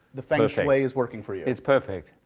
the feng shui is working for you? it's perfect.